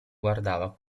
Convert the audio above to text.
guardava